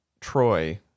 Troy